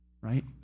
right